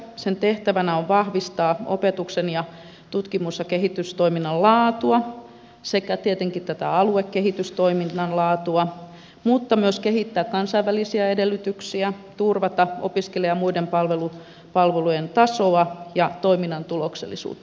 sen tehtävänä on vahvistaa opetuksen ja tutkimus ja kehitystoiminnan laatua sekä tietenkin tätä aluekehitystoiminnan laatua mutta myös kehittää kansainvälisiä edellytyksiä turvata opiskelu ja muiden palvelujen tasoa ja toiminnan tuloksellisuutta